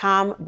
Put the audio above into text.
Tom